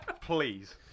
Please